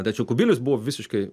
tačiau kubilius buvo visiškai